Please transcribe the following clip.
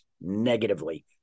negatively